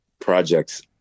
projects